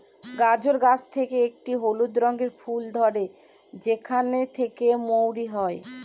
গাজর গাছ থেকে একটি হলুদ রঙের ফুল ধরে সেখান থেকে মৌরি হয়